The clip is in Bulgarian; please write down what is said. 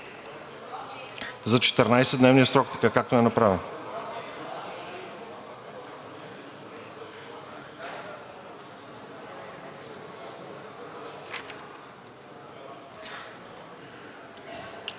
за 14-дневния срок – така, както е направено.